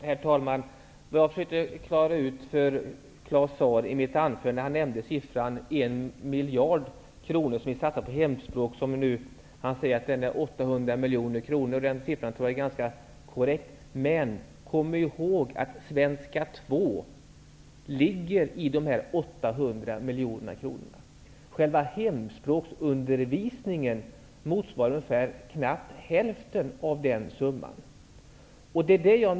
Herr talman! Claus Zaar nämnde förut att vi satsar en miljard på hemspråksundervisningen. Nu säger han 800 miljoner kronor, och den siffran tror jag är ganska korrekt. Men kom ihåg att Svenska 2 ligger i dessa 800 miljoner! Själva hemspråksundervisningen motsvarar knappt hälften av den summan.